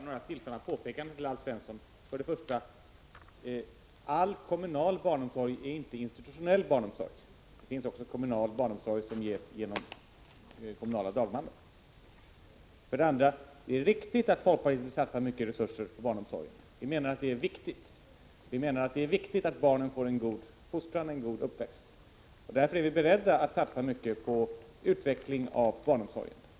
Herr talman! Jag vill för det första påpeka för Alf Svensson att all kommunal barnomsorg inte är institutionell barnomsorg. Det finns också kommunal barnomsorg som ges av kommunala dagmammor. För det andra är det riktigt att folkpartiet satsar stora resurser på barnomsorg. Vi menar att det är viktigt att barnen får en god fostran och uppväxt. Därför är vi beredda att satsa mycket på en utveckling av barnomsorgen.